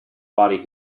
body